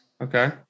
Okay